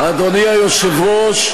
אדוני היושב-ראש,